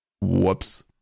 Whoops